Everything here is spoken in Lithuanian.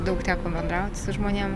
daug teko bendraut su žmonėm